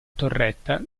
torretta